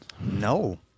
No